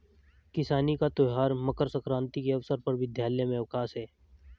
किसानी का त्यौहार मकर सक्रांति के अवसर पर विद्यालय में अवकाश है